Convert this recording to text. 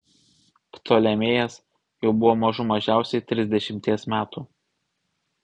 ptolemėjas jau buvo mažų mažiausiai trisdešimties metų